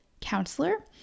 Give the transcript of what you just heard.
counselor